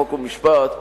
חוק ומשפט: